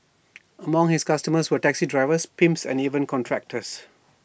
among his customers were taxi drivers pimps and even contractors